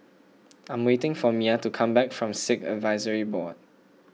I am waiting for Myah to come back from Sikh Advisory Board